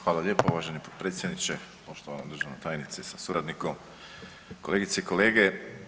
Hvala lijepo uvaženi potpredsjedniče, poštovana državna tajnice sa suradnikom, kolegice i kolege.